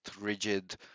rigid